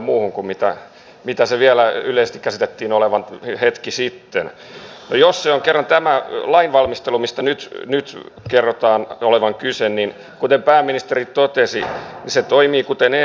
hän mainitsi että hallitus ei panosta tähän koulutukseen ja kotouttamiseen mutta nimenomaan esimerkiksi tuolla peruskoulupuolella ja kunnissa turvapaikanhakijalapset lasketaan nyt jatkossa tähän rahoitukseen mitä kunnat saavat koulutuksen järjestämiseen